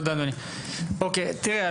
תראו,